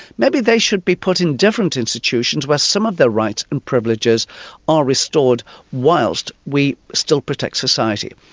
maybe they should be put in different institutions where some of their rights and privileges are restored whilst we still protect society.